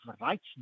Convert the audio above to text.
rights